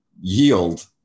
yield